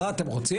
"מה אתם רוצים,